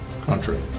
country